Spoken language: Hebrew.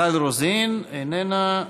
מיכל רוזין, איננה,